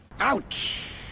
Ouch